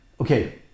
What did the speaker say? okay